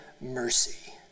mercy